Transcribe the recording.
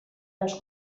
les